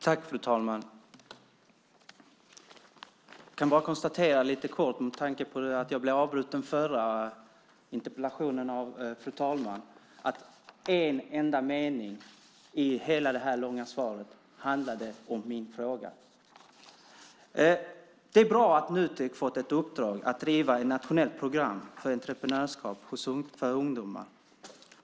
Fru talman! Jag vill först bara kort konstatera, med tanke på att jag blev avbruten i den förra interpellationen av fru talmannen, att en enda mening i hela det långa svaret gällde min fråga. Det är bra att Nutek fått i uppdrag att driva ett nationellt program för entreprenörskap för ungdomar.